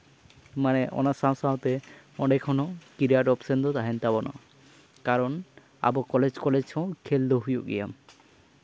ᱢᱟᱱᱮ ᱚᱱᱟ ᱥᱟᱶ ᱥᱟᱶᱛᱮᱚᱸᱰᱮ ᱠᱷᱚᱱ ᱦᱚᱸ ᱠᱨᱤᱭᱟᱨ ᱚᱯᱷᱥᱮᱱ ᱦᱚᱸ ᱛᱟᱦᱮᱱ ᱛᱟᱵᱚᱱᱟ ᱠᱟᱨᱚᱱ ᱟᱵᱚ ᱠᱚᱞᱮᱡᱽ ᱠᱚᱞᱮᱡᱽ ᱦᱚᱸ ᱠᱷᱮᱞ ᱫᱚ ᱦᱩᱭᱩᱜ ᱜᱮᱭᱟ